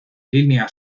línea